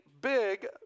big